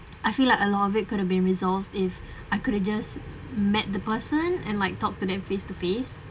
I feel like a lot of it could have been resolved if I could've just met the person and like talk to them face to face